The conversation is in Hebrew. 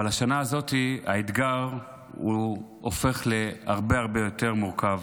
אבל השנה הזאת האתגר הופך להרבה הרבה יותר מורכב,